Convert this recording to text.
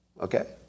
okay